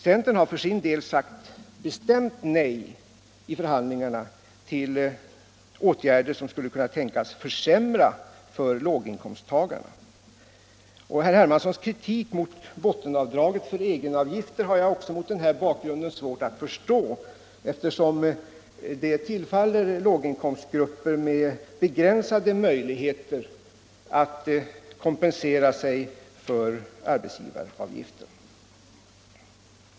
Centern har för sin del vid förhandlingarna sagt bestämt nej till åtgärder som skulle kunna tänkas försämra för låginkomsttagarna. Herr Hermanssons kritik mot bottenavdraget för egenavgifter har jag också mot den här bakgrunden svårt att förstå, eftersom det tillfaller låginkomstgrupper med begränsade möjligheter att kompensera sig för arbetsgivaravgiften.